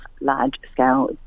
large-scale